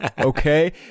okay